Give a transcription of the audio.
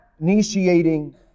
initiating